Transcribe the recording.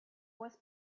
was